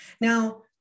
Now